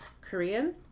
Korean